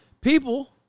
People